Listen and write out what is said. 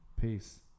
Peace